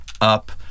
up